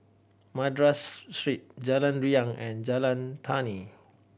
Madras Street Jalan Riang and Jalan Tani